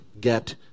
get